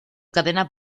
cadena